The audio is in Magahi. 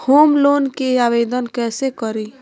होम लोन के आवेदन कैसे करि?